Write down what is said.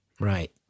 Right